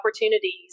opportunities